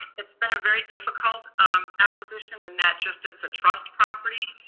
it's been a very difficult acquisition in that just it's a trust property,